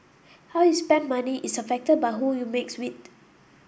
how you spend money is affected by who you mix with